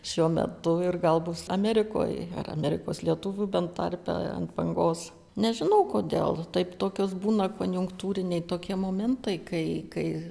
šiuo metu ir gal bus amerikoje amerikos lietuvių bent tarpe ant bangos nežinau kodėl taip tokios būna konjunktūriniai tokie momentai kai